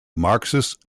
marxist